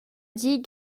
dit